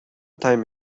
time